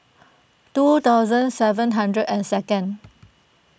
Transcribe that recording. two thousand seven hundred and second